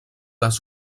les